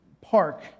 park